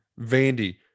Vandy